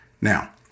Now